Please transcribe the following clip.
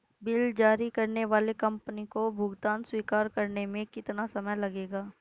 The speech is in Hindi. बिल जारी करने वाली कंपनी को भुगतान स्वीकार करने में कितना समय लगेगा?